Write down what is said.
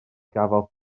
gafodd